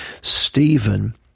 Stephen